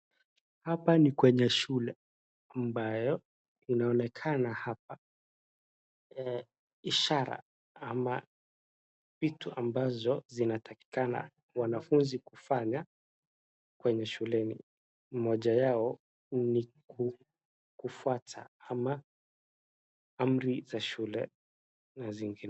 Hapa ni kwenye shule ambayo inaonekana hapa, ishara ama vitu ambazo inatakikana wanafunzi kufanya kwenye shule. Moja yao ni ku, kufuata ama amri za shule na zingine.